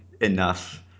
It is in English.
enough